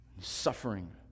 suffering